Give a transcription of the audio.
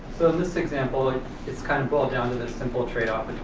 so this example and is kind of boiled down to this simple trade-off